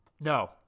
No